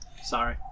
Sorry